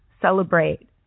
celebrate